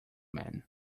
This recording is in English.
man